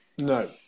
No